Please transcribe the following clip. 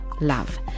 love